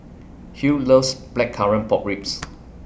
Hughes loves Blackcurrant Pork Ribs